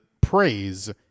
praise